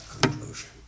conclusion